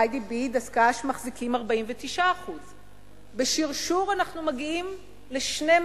"איי.די.בי" דסק"ש מחזיקים 49%. בשרשור אנחנו מגיעים ל-12%.